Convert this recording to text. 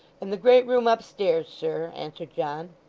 in the great room upstairs, sir answered john.